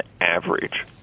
average